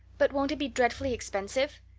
but won't it be dreadfully expensive?